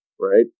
right